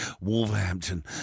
Wolverhampton